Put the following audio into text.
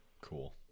Cool